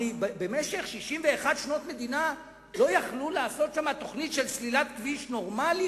הרי במשך 61 שנות המדינה לא יכלו לעשות שם תוכנית של סלילת כביש נורמלי,